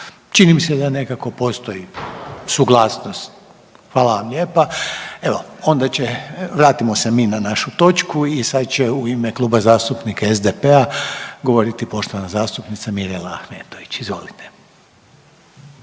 Čini mi se da nekako postoji suglasnost. Hvala vam lijepa, evo ona će, vratimo se mi na našu točku i sad će u ime Kluba zastupnika SDP-a govoriti poštovana zastupnica Mirela Ahmetović. Izvolite.